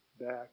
back